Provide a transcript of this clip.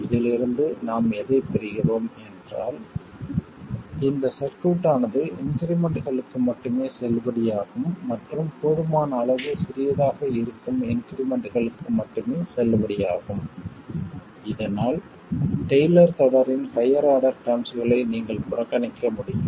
இதிலிருந்து நாம் எதைப் பெறுகிறோம் என்றால் இந்த சர்க்யூட் ஆனது இன்க்ரிமெண்ட்களுக்கு மட்டுமே செல்லுபடியாகும் மற்றும் போதுமான அளவு சிறியதாக இருக்கும் இன்க்ரிமெண்ட்களுக்கு மட்டுமே செல்லுபடியாகும் இதனால் டெய்லர் தொடரின் ஹையர் ஆர்டர் டெர்ம்ஸ்களை நீங்கள் புறக்கணிக்க முடியும்